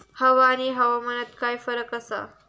हवा आणि हवामानात काय फरक असा?